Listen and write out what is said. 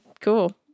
cool